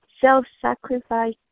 self-sacrifice